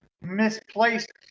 misplaced